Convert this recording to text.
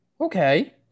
Okay